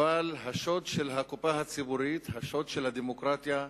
אבל השוד של הקופה הציבורית, השוד של הדמוקרטיה,